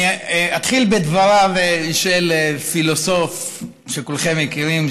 אני אתחיל בדבריו של פילוסוף שכולכם מכירים,